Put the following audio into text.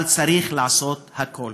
אבל צריך לעשות הכול.